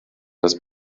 das